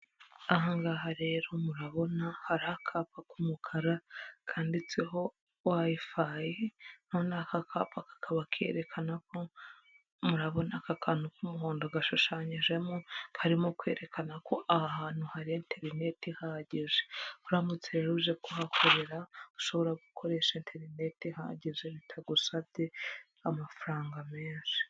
Aha ngaha rero murabona hari akapa k'umukara kanditseho Wi-Fi, noneho aka kapa kakaba kerekana ko murabona aka kantu k'umuhondo gashushanyijemo, karimo kwerekana ko aha hantu hari interineti ihagije, uramutse rero uje kuhakorera ushobora gukoresha interineti ihagije, bitagusabye amafaranga menshi.